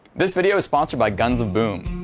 this video is sponsored by guns of boom.